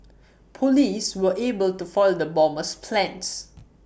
Police were able to foil the bomber's plans